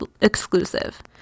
exclusive